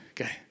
okay